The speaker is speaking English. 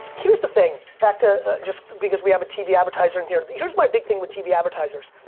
here's the thing, back to just because we have a tv advertiser in here, here's my big thing with tv advertisers.